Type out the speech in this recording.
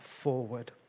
forward